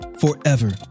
forever